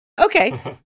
Okay